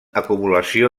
acumulació